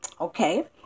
Okay